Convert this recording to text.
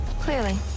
Clearly